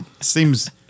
seems